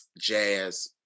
jazz